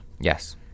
Yes